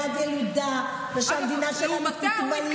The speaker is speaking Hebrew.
אז ברור שאני בעד ילודה ושהמדינה שלנו תתמלא,